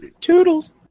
Toodles